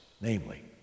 namely